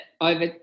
over